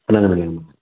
पुनर्मिलामः